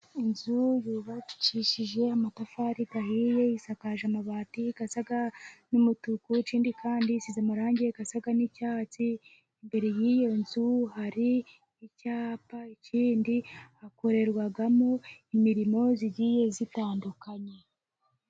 Inzu yubakishije amatafari ahiye, isakaje amabati asa n'umutuku, ikindi kandi isize amarangi asa n'icyatsi, imbere y'iyo nzu hari icyapa, ikindi kandi hakorerwamo imirimo igiye itandukanye.